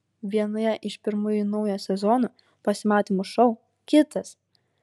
vienoje iš pirmųjų naujo sezono pasimatymų šou kitas